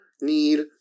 need